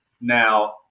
Now